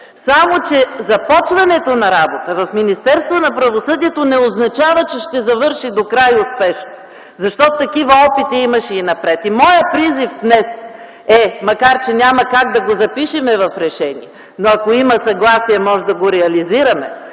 Само че започването на работата в Министерството на правосъдието не означава, че тя ще завърши докрай успешно. Защото такива опити имаше и преди. Моят призив днес е, макар че няма как да го запишем в решение, но ако има съгласие, можем да го реализираме: